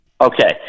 Okay